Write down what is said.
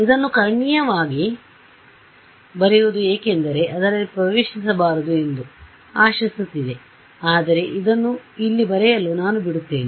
ಇದನ್ನು ಕರ್ಣೀಯವಾಗಿ ಬರೆಯುವುದು ಏಕೆಂದರೆ ಅದರಲ್ಲಿ ಪ್ರವೇಶಿಸಬಾರದು ಎಂದು ಆಶಿಸುತ್ತಿದ್ದೆ ಆದರೆ ಇದನ್ನು ಇಲ್ಲಿ ಬರೆಯಲು ನಾನು ಬಿಡುತ್ತೇನೆ